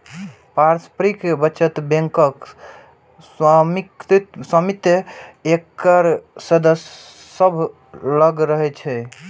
पारस्परिक बचत बैंकक स्वामित्व एकर सदस्य सभ लग रहै छै